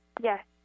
Yes